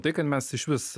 tai kad mes išvis